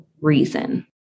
reason